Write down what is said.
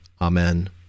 Amen